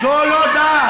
זו לא דת.